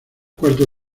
cuarto